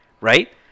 Right